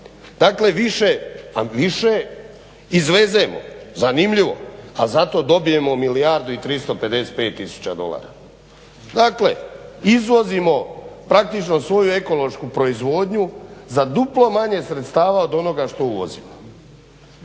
više, više izvezemo zanimljivo a za to dobijemo milijardu i 355 tisuća dolara. Dakle izvozimo praktički svoju ekološku proizvodnju za duplo manje sredstava od onoga što uvozimo.